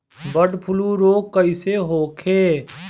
Bird flu रोग कईसे होखे?